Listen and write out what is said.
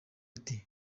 ati